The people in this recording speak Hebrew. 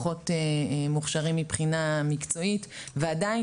פחות מוכשרים מבחינה מקצועית ועדיין